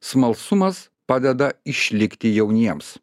smalsumas padeda išlikti jauniems